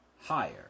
higher